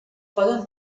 poden